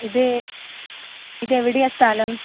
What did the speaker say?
ഇത് ഇത് എവിടെയാണ് സ്ഥലം